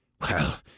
Well